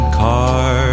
car